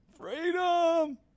freedom